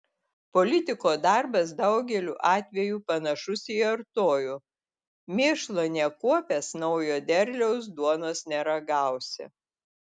politiko darbas daugeliu atvejų panašus į artojo mėšlo nekuopęs naujo derliaus duonos neragausi